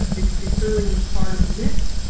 it it certainly was part of the mix,